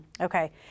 Okay